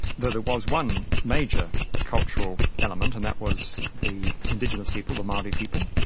though there was one major cultural element and that was the indigenous people, the maori people,